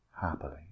Happily